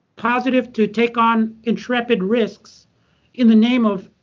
positive to take on intrepid risks in the name of,